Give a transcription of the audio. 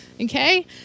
okay